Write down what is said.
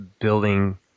building